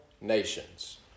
nations